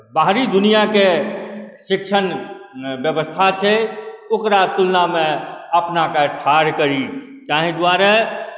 बाहरी दुनिआके शिक्षण व्यवस्था छै ओकरा तुलनामे अपनाके ठाढ़ करी ताहि दुआरे